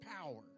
power